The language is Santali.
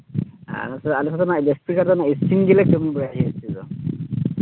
ᱟᱨ ᱱᱚᱛᱮ ᱟᱞᱮ ᱥᱮᱫ ᱫᱚ ᱱᱟᱦᱟᱜ ᱡᱟᱹᱥᱛᱤ ᱠᱟᱭ ᱛᱮᱫᱚ ᱱᱚᱣᱟ ᱤᱥᱤᱱ ᱜᱮᱞᱮ ᱠᱟᱹᱢᱤ ᱵᱟᱲᱟᱭᱟ ᱛᱮᱫᱚ